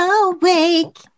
awake